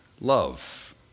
Love